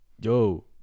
yo